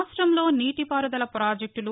రాష్టంలో నీటి పారుదల ప్రాజెక్టులు